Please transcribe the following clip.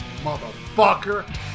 motherfucker